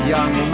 Young